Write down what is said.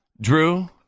Drew